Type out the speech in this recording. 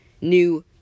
New